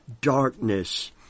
darkness